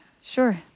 sure